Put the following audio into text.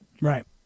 Right